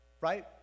Right